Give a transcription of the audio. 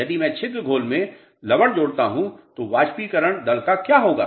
यदि मैं छिद्र घोल में लवण जोड़ता हूं तो वाष्पीकरण दर का क्या होगा